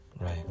right